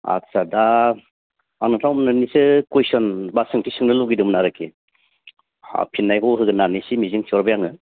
आत्सा दा आं नोंथां मोननैसो कुइसन बा सोंथि सोंनो लुगैदोंमोन आरिखि अह फिननायखौ होगोन होननानै एसे मिजिं थिहरबाय आङो